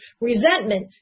resentment